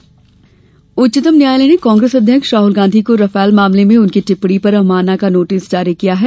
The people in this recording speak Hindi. राहल नोटिस उच्चतम न्यायालय ने कांग्रेस अध्यक्ष राहल गांधी को राफेल मामले में उनकी टिप्पणी पर अवमानना का नोटिस जारी किया है